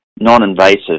non-invasive